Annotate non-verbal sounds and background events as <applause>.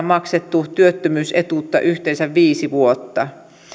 <unintelligible> maksettu työttömyysetuutta yhteensä viisi vuotta